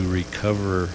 recover